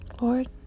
Lord